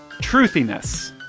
truthiness